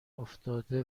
افتاده